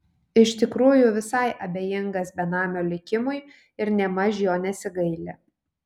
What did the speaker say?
iš tikrųjų visai abejingas benamio likimui ir nėmaž jo nesigaili